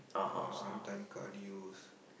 or sometime cardio's